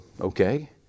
okay